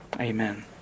amen